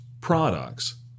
products